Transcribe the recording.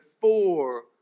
four